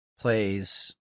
plays